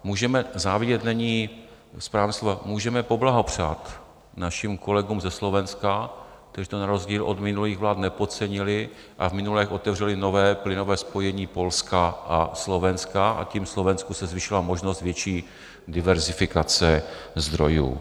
Můžeme závidět to není správné slovo, můžeme poblahopřát našim kolegům ze Slovenska, kteří to na rozdíl od minulých vlád nepodcenili, v minulé otevřeli nové plynové spojení Polska a Slovenska, a tím se Slovensku zvýšila možnost diverzifikace zdrojů.